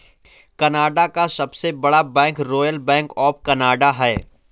Canada का सबसे बड़ा bank Royal Bank of Canada है